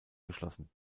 geschlossen